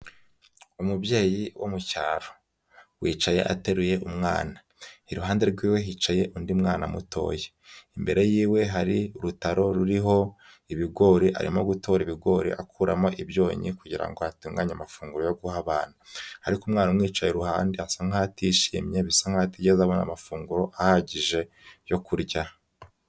Umubyeyi wo mu cyaro. Wicaye ateruye umwana. Iruhande rw'iwe hicaye undi mwana mutoya. Imbere y'iwe hari urutaro ruriho ibigori, arimo gutora ibigori, akuramo ibyonnyi, kugira ngo atunganye amafunguro yo guha abantu. Ariko umwana umwicaye iruhande asa nk'aho atishimye, bisa nk'aho atigeze abona amafunguro ahagije, yo kurya.